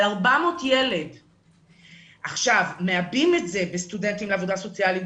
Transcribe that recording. מעבים את זה בסטודנטים לעבודה סוציאלית,